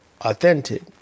authentic